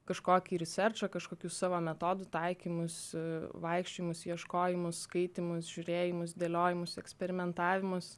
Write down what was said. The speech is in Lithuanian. kažkokį kažkokių savo metodų taikymus vaikščiojimus ieškojimus skaitymus žiūrėjimus dėliojimus eksperimentavimus